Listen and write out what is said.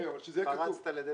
אבל שזה יהיה כתוב.